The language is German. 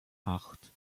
acht